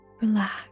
Relax